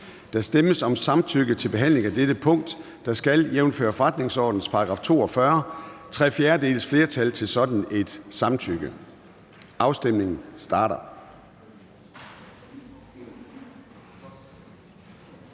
Der stemmes om samtykke til behandling af disse punkter. Der skal, jævnfør forretningsordenens § 42, tre fjerdedeles flertal til et sådant samtykke. Afstemningen starter.